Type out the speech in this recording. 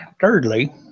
thirdly